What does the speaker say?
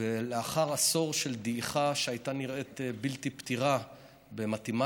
לאחר עשור של דעיכה שהייתה נראית בלתי פתירה במתמטיקה,